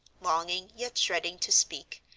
longing yet dreading to speak,